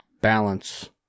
Balance